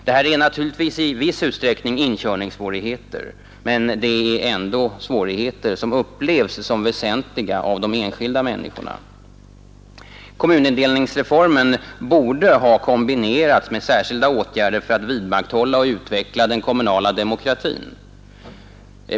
Detta är naturligtvis i viss utsträckning inkörningssvårigheter men de upplevs ändå som väsentliga av de enskilda människorna. Kommunindelningsreformen borde ha kombinerats med särskilda åtgärder för att vidmakthålla och utveckla den kommunala demokratin.